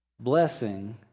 blessing